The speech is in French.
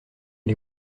les